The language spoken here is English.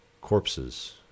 corpses